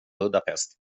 budapest